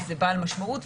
אז זה בעל משמעות.